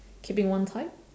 keeping one type